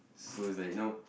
so is like you know